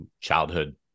childhood